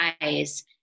eyes